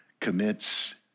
commits